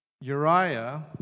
Uriah